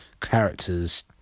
Characters